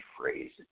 phrase